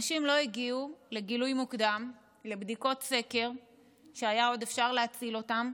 אנשים לא הגיעו לגילוי מוקדם לבדיקות סקר כשהיה עוד אפשר להציל אותם,